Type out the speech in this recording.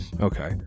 Okay